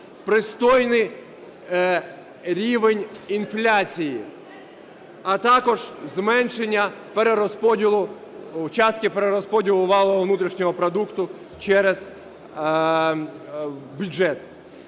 пристойний рівень інфляції, а також зменшення частки перерозподілу валового внутрішнього продукту через бюджет.